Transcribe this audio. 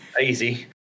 Easy